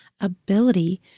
ability